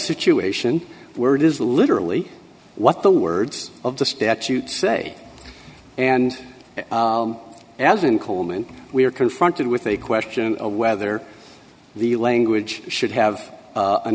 situation where it is literally what the words of the statute say and as in coleman we are confronted with a question of whether the language should have